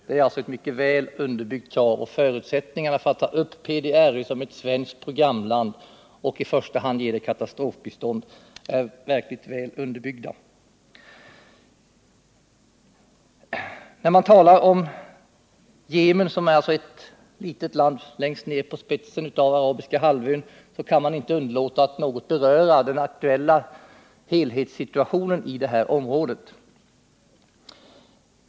Det är alltså ett mycket väl motiverat krav, och förutsättningarna för att ta upp PDRY som svenskt programland och i första hand ge det katastrofbistånd är mycket väl underbyggda. När man talar om det demokratiska Yemen, som alltså är ett litet land längst ner på spetsen av Arabiska halvön, kan man inte underlåta att något Nr 135 beröra den aktuella helhetssituationen i det här området.